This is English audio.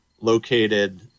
located